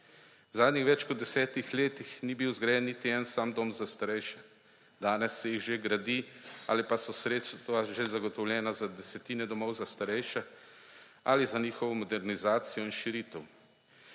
V zadnjih več kot 10 letih ni bil zgrajen niti en sam dom za starejše. Danes se jih že gradi ali pa so sredstva že zagotovljena za desetine domov za starejše ali za njihovo modernizacijo in širitev.